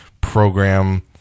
program